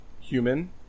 Human